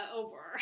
over